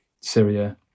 Syria